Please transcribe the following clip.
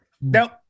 Nope